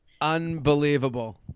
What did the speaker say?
Unbelievable